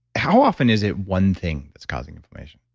how often is it one thing that's causing inflammation?